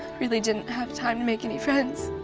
really didn't have time to make any friends.